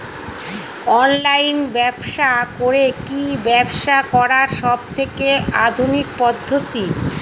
Online ব্যবসা করে কি ব্যবসা করার সবথেকে আধুনিক পদ্ধতি?